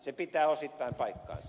se pitää osittain paikkansa